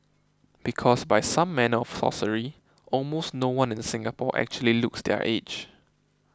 because by some manner of sorcery almost no one in Singapore actually looks their age